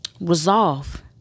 Resolve